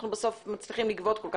לגביית